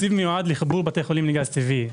התקציב מיועד לחיבור בתי חולים לגז טבעי,